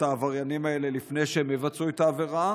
העבריינים האלה לפני שהם יבצעו את העבירה,